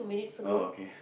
oh okay